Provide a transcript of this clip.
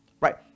right